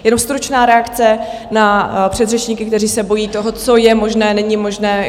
Jenom stručná reakce na předřečníky, kteří se bojí toho, co je možné, není možné.